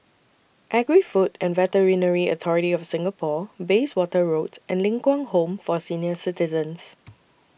Agri Food and Veterinary Authority of Singapore Bayswater Road and Ling Kwang Home For Senior Citizens